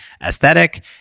aesthetic